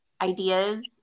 ideas